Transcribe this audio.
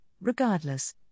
regardless